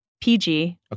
PG